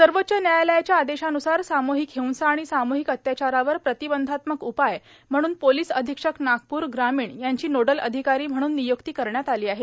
सर्वोच्च न्यायालयाच्या आदेशान्सार साम्हिक हिंसा आणि साम्हिक अत्याचारावर प्रतिबंधात्मक उपाय म्हणून पोलीस अधीक्षक नागपूर ग्रामीण यांची नोडल अधिकारी म्हणून निय्क्ती करण्यात आली आहे